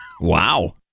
Wow